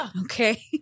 Okay